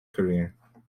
career